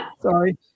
sorry